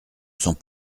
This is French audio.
sont